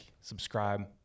subscribe